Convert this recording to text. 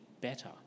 better